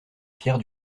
pierre